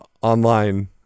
online